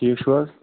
ٹھیٖک چھو حظ